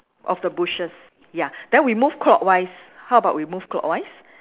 of the bushes ya then we move clockwise how about we move clockwise